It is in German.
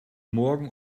morgen